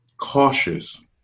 cautious